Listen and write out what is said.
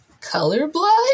Colorblind